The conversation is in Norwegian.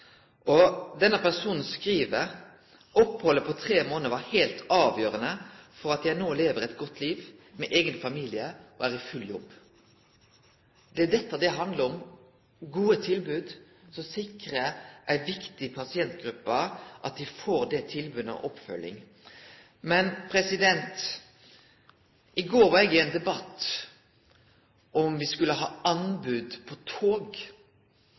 Denne personen skriv at opphaldet på tre månader var heilt avgjerande for at vedkommande no lever eit godt liv med eigen familie og er i full jobb. Det er dette det handlar om – gode tilbod som sikrar ei viktig pasientgruppe oppfølging. I går var eg med i ein debatt om vi skulle ha anbod på tog.